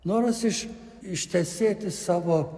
noras iš ištesėti savo